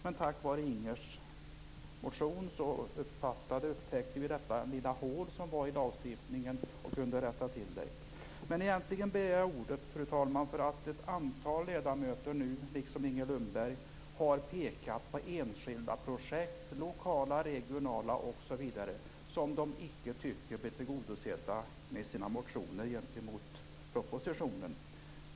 Men tack vare Ingers motion upptäckte vi detta lilla hål i lagstiftningen och kunde täppa till det. Egentligen begärde jag ordet, fru talman, därför att ett antal ledamöter, liksom Inger Lundberg, har pekat på enskilda projekt - lokala, regionala osv. - som de icke tycker blir tillgodosedda i sina motioner gentemot propositionen.